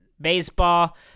baseball